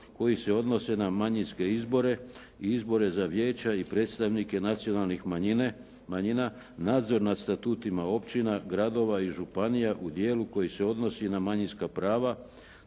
koji se odnose na manjinske izbore i izbore za vijeća i predstavnike nacionalnih manjina, nadzor nad statutima općina, gradova i županija u dijelu koji se odnosi na manjinska prava,